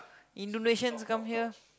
Indonesians come here